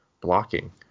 blocking